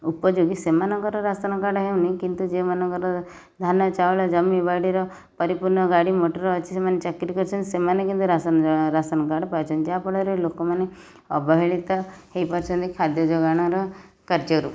ଉପଯୋଗୀ ସେମାନଙ୍କର ration card ହେଉନି କିନ୍ତୁ ଯେଉଁମାନଙ୍କର ଧାନ ଚାଉଳ ଜମି ବାଡ଼ିର ପରିପୂର୍ଣ୍ଣ ଗାଡ଼ି ମୋଟର ଅଛି ସେମାନେ ଚାକିରି କରିଛନ୍ତି ସେମାନେ କିନ୍ତୁ ରାସନ ରାସନ କାର୍ଡ଼ ପାଉଛନ୍ତି ଯାହାଫଳରେ ଲୋକମାନେ ଅବହେଳିତ ହେଇପାରୁଛନ୍ତି ଖାଦ୍ୟ ଯୋଗାଣର କାର୍ଯ୍ୟରୁ